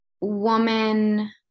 woman